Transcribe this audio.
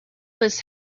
this